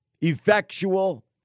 effectual